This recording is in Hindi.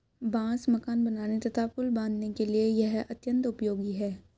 बांस मकान बनाने तथा पुल बाँधने के लिए यह अत्यंत उपयोगी है